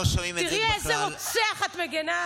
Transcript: אדם שיושב בכלא לא ישב שבע שנים בבידוד.